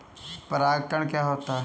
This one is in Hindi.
परागण क्या होता है?